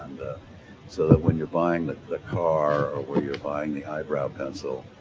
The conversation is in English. so that when you're buying the the car or where you're buying the eyebrow pencil,